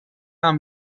amb